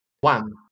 One